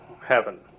Heaven